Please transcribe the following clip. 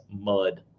mud